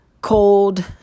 cold